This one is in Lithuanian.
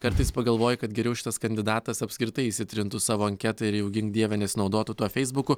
kartais pagalvoji kad geriau šitas kandidatas apskritai išsitrintų savo anketą ir jau gink dieve nesinaudotų tuo feisbuku